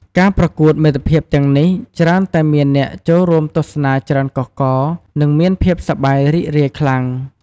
ការប្រកួតមិត្តភាពទាំងនេះច្រើនតែមានអ្នកចូលរួមទស្សនាច្រើនកុះករ និងមានភាពសប្បាយរីករាយខ្លាំង។